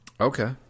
Okay